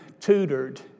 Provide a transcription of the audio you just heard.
tutored